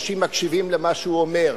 אנשים מקשיבים למה שהוא אומר.